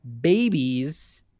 babies